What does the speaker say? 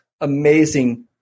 Amazing